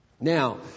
Now